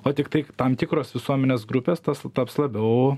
o tiktai tam tikros visuomenės grupės tas taps labiau